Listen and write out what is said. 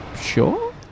Sure